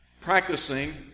practicing